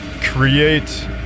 create